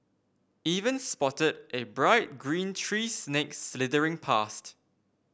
even spotted a bright green tree snake slithering past